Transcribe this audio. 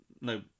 No